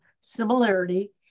similarity